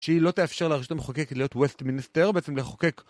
שהיא לא תאפשר לרשות המחוקקת להיות ווסטמינסטר, בעצם לחוקק.